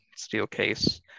Steelcase